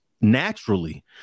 naturally